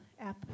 app